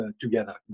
together